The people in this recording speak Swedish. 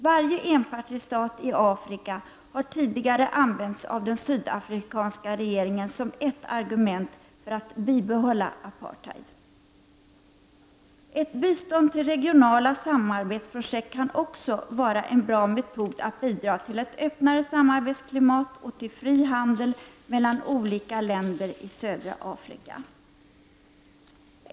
Varje enpartistat i Afrika har tidigare av Sydafrikas regering använts som ett argument för att bibehålla apartheid. Ett bistånd till regionala samarbetsprojekt kan också vara en bra metod att bidra till ett öppnare samarbetsklimat och fri handel mellan olika länder i södra Afrika.